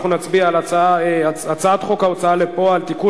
אנחנו נצביע על הצעת חוק ההוצאה לפועל (תיקון,